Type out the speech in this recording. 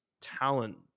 talent